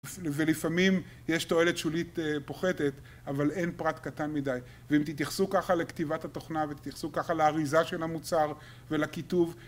ולפעמים יש תועלת שולית פוחתת, אבל אין פרט קטן מדי. ואם תתייחסו ככה לכתיבת התוכנה ותתייחסו ככה לאריזה של המוצר ולכיתוב